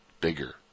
Bigger